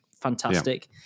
fantastic